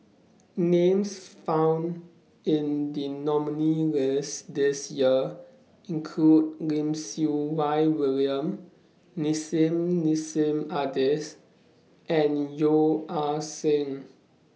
Names found in The nominee list This Year include Lim Siew Wai William Nissim Nassim Adis and Yeo Ah Seng